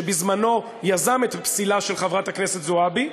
שבזמנו יזם את הפסילה של חברת הכנסת זועבי.